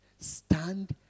Stand